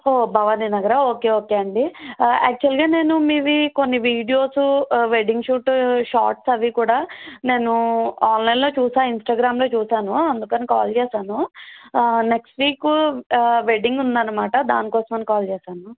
ఓ భవానీ నగరా okay okay అండి యాక్చువల్గా నేను మీవి కొన్ని వీడియోసు వెడ్డింగ్ఘాట్ షార్ట్స్ అవి కూడా నేను ఆన్లైన్లో చూసాను ఇన్స్టాగ్రామ్లో చూసాను అందుకని కాల్ చేసాను నెక్స్ట్ వీక్ వెడ్డింగ్ ఉంది అన్నమాట దానికోసమని కాల్ చేసాను